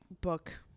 book